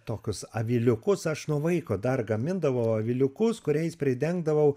tokius aviliukus aš nuo vaiko dar gamindavau aviliukus kuriais pridengdavau